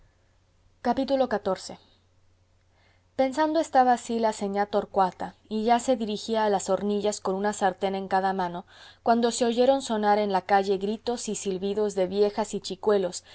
xiv pensando estaba así la señá torcuata y ya se dirigía a las hornillas con una sartén en cada mano cuando se oyeron sonar en la calle gritos y silbidos de viejas y chicuelos